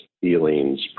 feelings